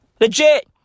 Legit